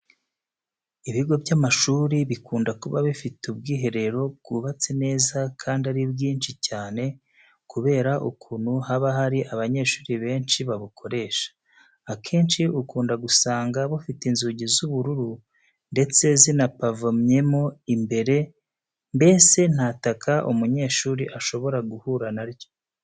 Ibigo by'amashuri bikunda kuba bifite ubwiherero bwubatse neza kandi ari bwinshi cyane kubera ukuntu haba hari abanyeshuri benshi babukoresha. Akenshi ukunda gusanga bufite inzugi z'ubururu ndetse zinapavomyemo imbere, mbese nta taka umunyeshuri ashobora guhura na ryo.